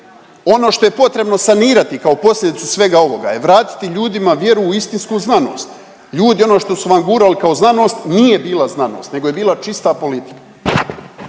Ono što je potrebno sanirati kao posljedicu svega ovoga je vratiti ljudima vjeru u istinsku znanost. Ljudi, ono što su vam gurali kao znanost nije bila znanost nego je bila čista politika.